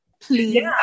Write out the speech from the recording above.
Please